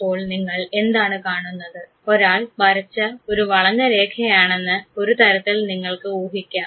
ഇപ്പോൾ നിങ്ങൾ എന്താണ് കാണുന്നത് ഒരാൾ വരച്ച ഒരു വളഞ്ഞ രേഖയാണെന്ന് ഒരുതരത്തിൽ നിങ്ങൾക്ക് ഊഹിക്കാം